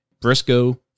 Briscoe